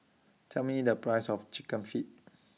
Tell Me The Price of Chicken Feet